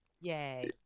Yay